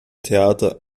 theater